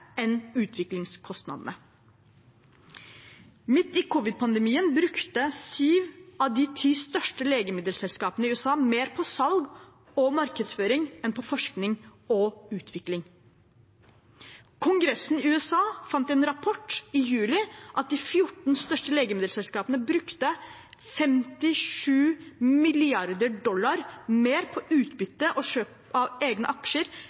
enn utviklingskostnadene. Midt i covid-pandemien brukte syv av de ti største legemiddelselskapene i USA mer på salg og markedsføring enn på forskning og utvikling. Kongressen i USA fant i en rapport i juli at de 14 største legemiddelselskapene brukte 57 mrd. dollar mer på utbytte og kjøp av egne aksjer